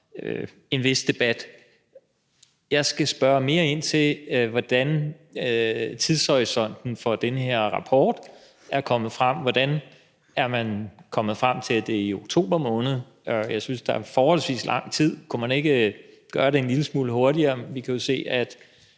en vis debat. Jeg skal spørge mere ind til, hvordan man er kommet frem til tidshorisonten for den her rapport. Hvordan er man kommet frem til, at det er i oktober måned? Jeg synes, der er forholdsvis lang tid til det. Kunne man ikke gøre det en lille smule hurtigere? Vi kan jo se, at